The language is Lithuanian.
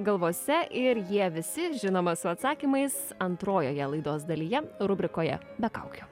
galvose ir jie visi žinoma su atsakymais antrojoje laidos dalyje rubrikoje be kaukių